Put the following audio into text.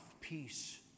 peace